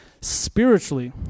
Spiritually